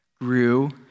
grew